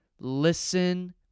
listen